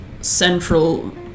central